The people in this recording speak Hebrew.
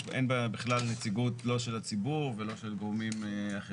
אין בה בכלל נציגות לא של הציבור ולא של גורמים אחרים.